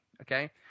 okay